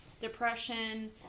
depression